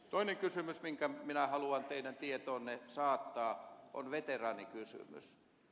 toinen kysymys minkä minä haluan teidän tietoonne saattaa on veteraanikysymys